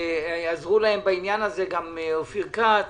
וחבר הכנסת אופיר כץ